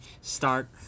start